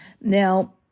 Now